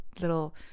little